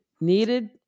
Needed